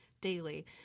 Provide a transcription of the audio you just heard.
daily